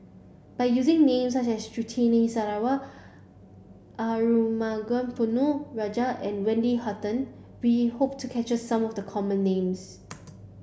by using names such as Surtini Sarwan Arumugam Ponnu Rajah and Wendy Hutton we hope to capture some of the common names